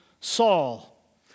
Saul